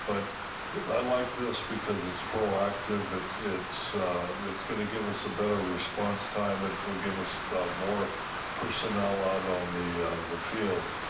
but i like this because it's proactive. it's it's gonna give us a better response time. it'll give us more personnel out on the the field.